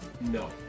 No